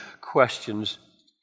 questions